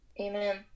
Amen